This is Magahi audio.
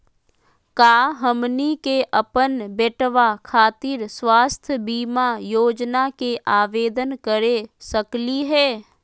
का हमनी के अपन बेटवा खातिर स्वास्थ्य बीमा योजना के आवेदन करे सकली हे?